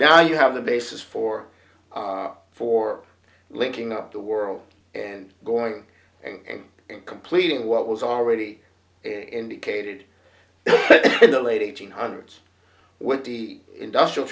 now you have the basis for for linking up the world and going and and completing what was already indicated in the late eighteen hundreds with the industrial